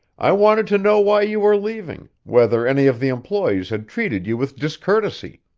i wanted to know why you were leaving, whether any of the employees had treated you with discourtesy.